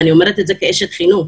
ואני אומרת את זה כאשת חינוך,